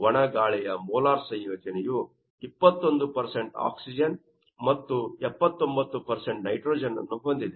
ಒಣ ಗಾಳಿಯ ಮೋಲಾರ್ ಸಂಯೋಜನೆಯು 21 ಆಕ್ಸಿಜನ್ ಮತ್ತು 79 ನೈಟ್ರೋಜನ್ ನ್ನು ಹೊಂದಿದೆ